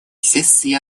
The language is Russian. сессии